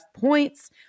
points